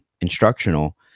instructional